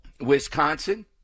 Wisconsin